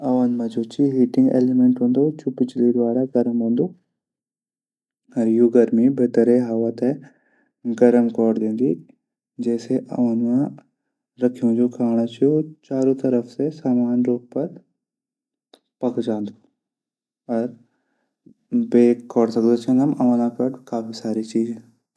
ओवन मा जू च हिःटिःग ऐलीमैंट हूंदू। बिजली द्वारा गर्म हूंदू। यू गर्मी भितर हवा थै गर्म कौर दिंदी जैसे आंदू मा रख्यू खांणू जू च चारों तरफ से समान रूप पर पक जांदू।